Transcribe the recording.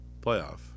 playoff